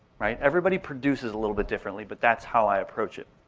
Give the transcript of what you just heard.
right? everybody produces a little bit differently but that's how i approach it.